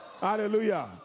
Hallelujah